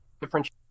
differentiate